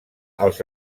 als